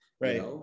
right